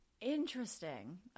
interesting